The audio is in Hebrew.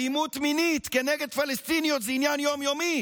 אלימות מינית כנגד פלסטיניות היא עניין יום-יומי